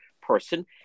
person